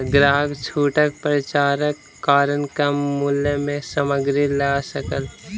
ग्राहक छूटक पर्चाक कारण कम मूल्य में सामग्री लअ सकल